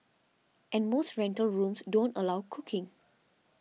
and most rental rooms don't allow cooking